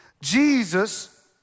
Jesus